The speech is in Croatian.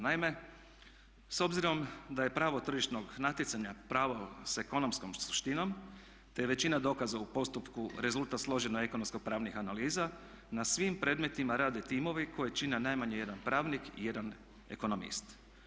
Naime, s obzirom da je pravo tržišnog natjecanja pravo s ekonomskom suštinom te je većina dokaza u postupku rezultat složenih ekonomsko-pravnih analiza na svim predmetima rade timovi koje čine najmanje 1 pravnik i 1 ekonomist.